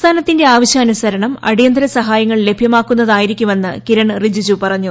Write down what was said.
സംസ്ഥാനത്തിന്റെ ആവശ്യാനുസരണം അടിയന്തിര സഹായങ്ങൾ ലഭ്യമാക്കുന്നതായിരിക്കുമെന്നും കിരൺ റിജിജു പറഞ്ഞു